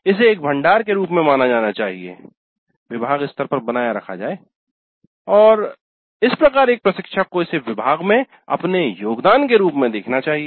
इसे एक भंडार के रूप में माना जाना चाहिए विभाग स्तर पर बनाए रखा जाए और इस प्रकार एक प्रशिक्षक को इसे विभाग में अपने योगदान के रूप में देखना चाहिए